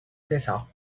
تسعة